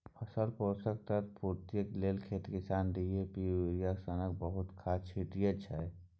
फसलक पोषक तत्व पुर्ति लेल खेतमे किसान डी.ए.पी आ युरिया सनक बहुत खाद छीटय छै